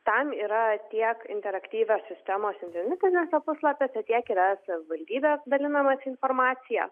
tam yra tiek interaktyvios sistemos internetiniuose puslapiuose tiek yra savivaldybės dalinamasi informacija